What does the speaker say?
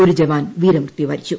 ഒരു ജവാൻ വീരമൃത്യു വരിച്ചു